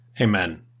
Amen